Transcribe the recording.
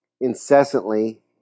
incessantly